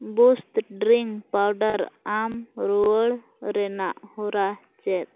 boost drink powder ᱟᱢ ᱨᱩᱣᱟᱹᱲ ᱨᱮᱱᱟᱜ ᱦᱚᱨᱟ ᱪᱮᱫ